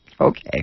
Okay